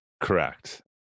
Correct